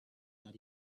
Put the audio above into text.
that